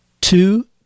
Two